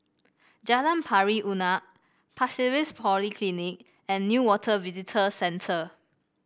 Jalan Pari Unak Pasir Ris Polyclinic and Newater Visitor Centre